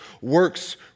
works